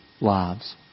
lives